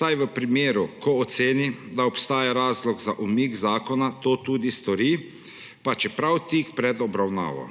saj v primeru, ko oceni, da obstaja razlog za umik zakona, to tudi stori, pa čeprav tik pred obravnavo.